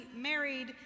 married